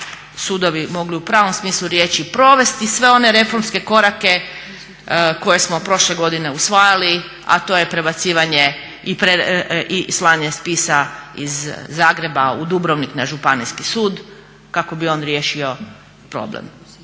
sudovi mogli u pravom smislu riječi provesti sve one reformske korake koje smo prošle godine usvajali, a to je prebacivanje i slanje spisa iz Zagreba u Dubrovnik na županijski sud kako bi on riješio problem.